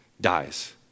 dies